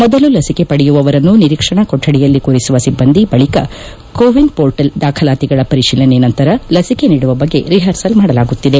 ಮೊದಲು ಲಸಿಕೆ ಪಡೆಯುವವರನ್ನು ನಿರೀಕ್ಷಣಾ ಕೊಠಡಿಯಲ್ಲಿ ಕೂರಿಸುವ ಸಿಬ್ಬಂದಿ ಬಳಿಕ ಕೋವಿನ್ ಮೋರ್ಟಲ್ ದಾಖಲಾತಿಗಳ ಪರಿತೀಲನೆ ನಂತರ ಲಸಿಕೆ ನೀಡುವ ಬಗ್ಗೆ ರಿಹರ್ಸಲ್ ಮಾಡಲಾಗುತ್ತಿದೆ